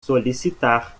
solicitar